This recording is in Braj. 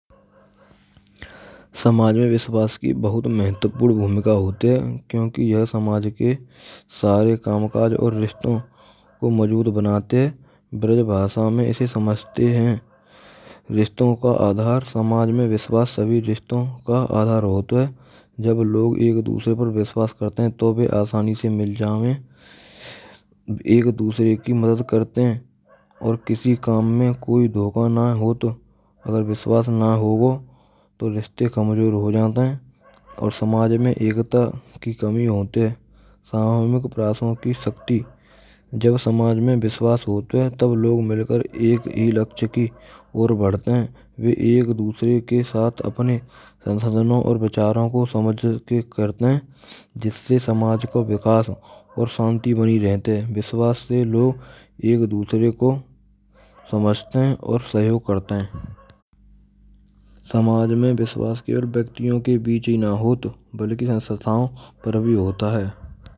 Samaj mein vishwas ki bahut mahatvpurn bhumika hote hain kyunki yah samaj ke sare kamkaj aur rishto ko majbut banate brij bhasha mein ise samajhte hain. Rishtona ka adhar samaj main vishwas sabhi rishton ka aadhar hota hai jab log ek dusre per vishwas karte hain to ve aasani se mil jave. Ek dusre ki madad karte hain aur kisi kam mein koi dhokha na ho to agar vishwas na ho to rishte kamjor ho jata hai aur samaj mein ekta ki kami hote hai. Samuhik prayason ki shakti jab samaj mein vishwas hote hain tab log milkar ek hi lakshya ki aur badhate hain ve ek dusre ke sath apne sansadhanon aur vicharon ko samajh ke karte hain jisse samaj ko vikas aur shanti bani rahat hain. Vishwas se log ek dusre ko samjhte hain aur sahyog karte hai. Samaj mein vishwas ki aur vyaktiyon ke bich hi na hot balki sansthaon per bhi hota hai.